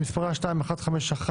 התשפ"א-2021 (פ/2151/24),